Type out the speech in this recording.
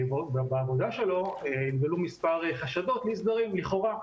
בעבודה שלו התגלו מספר חשדות לאי סדרים לכאורה.